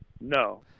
No